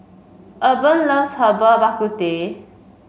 Urban loves Herbal Bak Ku Teh